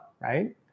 right